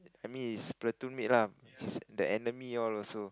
I mean his platoon mate lah his the enemy all also